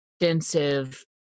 extensive